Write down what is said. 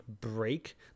break